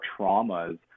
traumas